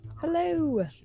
Hello